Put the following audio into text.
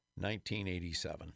1987